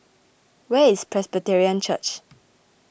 where is Presbyterian Church